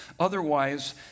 Otherwise